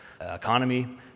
economy